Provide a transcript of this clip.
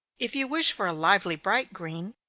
if you wish for a lively bright green,